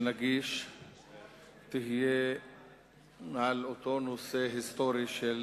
הצעת החוק הראשונה שנגיש תהיה על אותו נושא היסטורי של